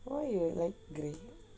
why you like grey